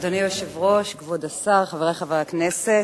אדוני היושב-ראש, כבוד השר, חברי חברי הכנסת,